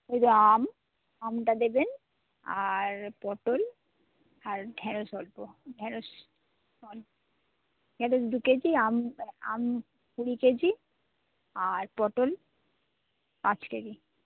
ওই যো আম আমটা দেবেন আর পটল আর ঢেঁড়শ অল্প ঢেঁড়শ অল্প ঢেঁড়শ দু কেজি আম আম কুড়ি কেজি আর পটল পাঁচ কেজি